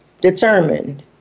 Determined